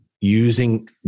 using